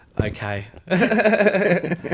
okay